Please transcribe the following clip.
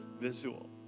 visual